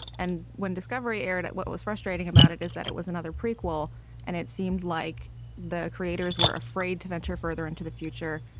and when discovery aired, what was frustrating about it is that it was another prequel and it seemed like the creators were afraid to venture further into the future.